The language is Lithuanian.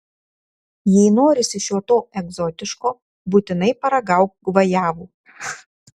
jei norisi šio to egzotiško būtinai paragauk gvajavų